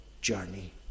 journey